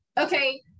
Okay